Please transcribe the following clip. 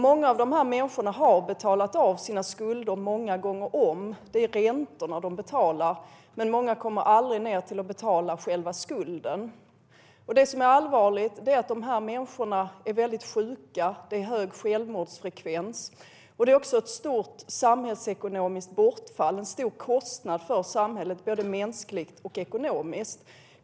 Många av de här människorna har betalat av sina skulder många gånger om - det är räntorna de betalar, och många kommer aldrig ned till att betala själva skulden. Det som är allvarligt är att de här människorna ofta är sjuka, och självmordsfrekvensen är hög. Det innebär också ett stort samhällsekonomiskt bortfall och är en stor kostnad för samhället både mänskligt och ekonomiskt.